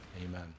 Amen